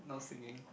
no singing